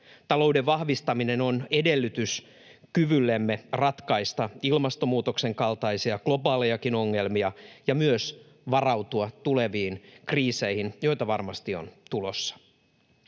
Talouden vahvistaminen on edellytys kyvyllemme ratkaista ilmastonmuutoksen kaltaisia globaalejakin ongelmia ja myös varautua tuleviin kriiseihin, joita varmasti on tulossa.